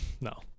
No